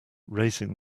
raising